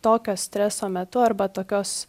tokio streso metu arba tokios